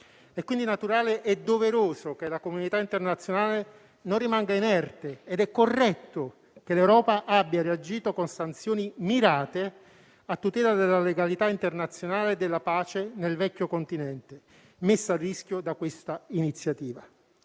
È quindi naturale e doveroso che la comunità internazionale non rimanga inerte. Ed è corretto che l'Europa abbia reagito con sanzioni mirate, a tutela della legalità internazionale e della pace nel vecchio continente, messa a rischio da questa iniziativa;